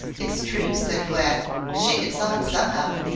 it's true, said glad she gets on somehow.